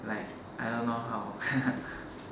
like I don't know how